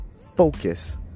focus